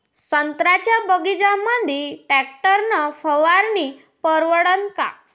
संत्र्याच्या बगीच्यामंदी टॅक्टर न फवारनी परवडन का?